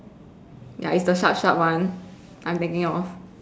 ya it's the sharp sharp one I'm thinking of